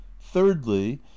Thirdly